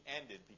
ended